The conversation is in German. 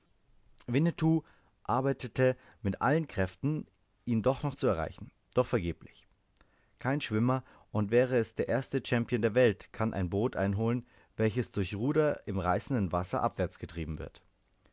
winnetou arbeitete mit allen kräften ihn doch noch zu erreichen doch vergeblich kein schwimmer und wäre er der erste champion der welt kann ein boot einholen welches durch ruder im reißenden wasser abwärts getrieben wird